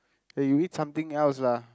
eh you eat something else lah